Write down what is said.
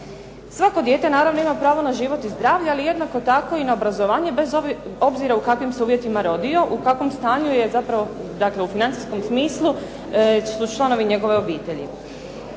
Svako dijete naravno ima pravo na život i zdravlje ali jednako tako i na obrazovanje bez obzira u kakvim se uvjetima rodio, u kakvom stanju je zapravo dakle u financijskom smislu su članovi njegove obitelji.